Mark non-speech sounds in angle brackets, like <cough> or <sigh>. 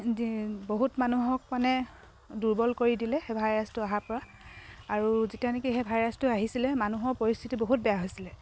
<unintelligible> বহুত মানুহক মানে দুৰ্বল কৰি দিলে সেই ভাইৰাছটো অহাৰপৰা আৰু যেতিয়া নেকি সেই ভাইৰাছটো আহিছিলে মানুহৰ পৰিস্থিতি বহুত বেয়া হৈছিলে